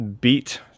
beat